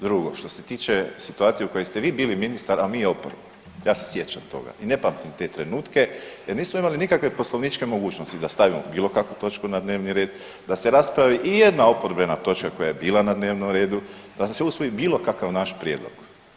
Drugo, što se tiče situacije u kojoj ste vi bili ministar, a mi oporba, ja se sjećam toga i ne pamtim te trenutke jer nismo imali nikakve poslovničke mogućnosti da stavimo bilo kakvu točku na dnevni red, da se raspravi ijedna oporbena točka koja je bila na dnevnom redu, da se usvoji bilo kakav naš prijedlog.